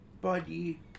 Buddy